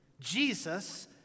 Jesus